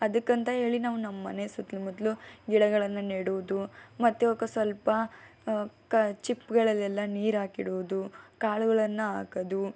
ಅದಕ್ಕಂತ ಹೇಳಿ ನಾವು ನಮ್ಮ ಮನೆ ಸುತ್ತ ಮುತ್ತಲು ಗಿಡಗಳನ್ನು ನೆಡುವುದು ಮತ್ತು ಅವ್ಕೆ ಸ್ವಲ್ಪ ಕ ಚಿಪ್ಪುಗಳಲ್ಲೆಲ್ಲ ನೀರು ಹಾಕಿಡುವುದು ಕಾಳುಗಳನ್ನು ಹಾಕದು